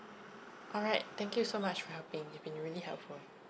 alright thank you so much for helping you've been really helpful